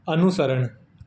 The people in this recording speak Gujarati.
અનુસરણ